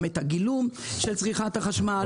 גם את הגילום של צריכת החשמל.